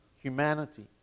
humanity